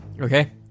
Okay